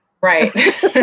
Right